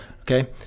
Okay